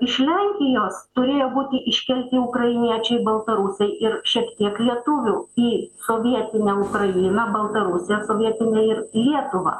iš lenkijos turėjo būti iškelti ukrainiečiai baltarusiai ir šiek tiek lietuvių į sovietinę ukrainą baltarusiją sovietinę ir lietuvą